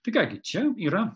tai ką gi čia yra